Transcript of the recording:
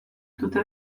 dute